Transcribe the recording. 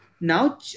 now